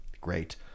Great